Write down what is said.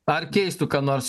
ar keistų ką nors